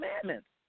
commandments